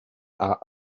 are